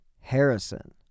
Harrison